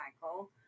cycle